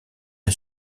est